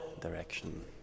direction